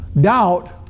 Doubt